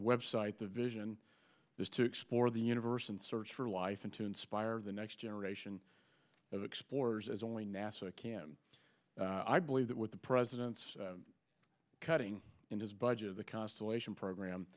website the vision is to explore the universe and search for life and to inspire the next generation of explorers as only nasa can i believe that with the president's cutting in his budget of the constellation program